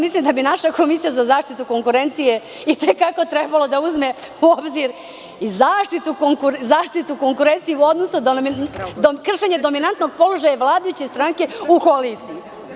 Mislim da bi naša Komisija za zaštitu konkurencije i te kako trebalo da uzme u obzir i zaštitu konkurencije u odnosu da je kršenje dominantnog položaja vladajuće stranke u koaliciji.